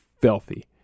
Filthy